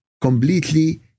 completely